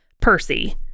Percy